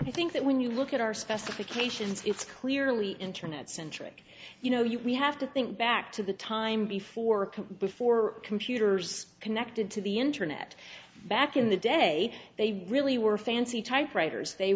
you think that when you look at our specifications it's clearly internet centric you know you have to think back to the time before before computers connected to the internet back in the day they really were fancy typewriters they